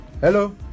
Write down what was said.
Hello